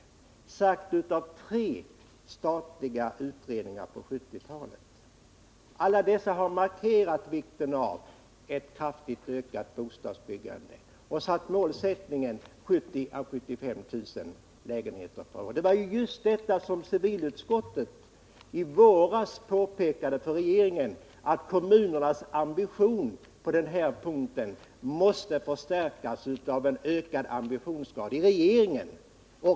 Det har också sagts av tre statliga utredningar på 1970-talet. Alla dessa har markerat vikten av ett kraftigt ökat bostadsbyggande och satt målsättningen 70000 å 75 000 lägenheter per år. I våras påpekade civilutskottet för regeringen att kommunernas ambition på denna punkt måste förstärkas av en ökad ambitionsgrad i regeringen.